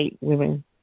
women